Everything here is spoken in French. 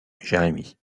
jérémy